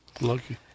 Lucky